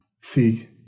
see